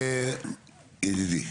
ידידי.